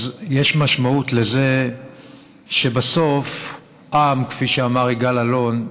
אז יש משמעות לזה שבסוף עם, כפי שאמר יגאל אלון,